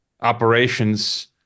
operations